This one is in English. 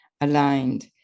aligned